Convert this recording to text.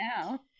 now